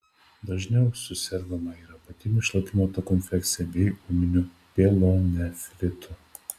dažniau susergama ir apatinių šlapimo takų infekcija bei ūminiu pielonefritu